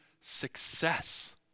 success